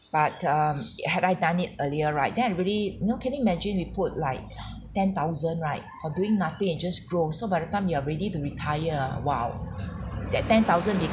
but um had I done it earlier right then I really you know can you imagine we put like ten thousand right for doing nothing and just grow so by the time you are ready to retire ah !wow! that ten thousand become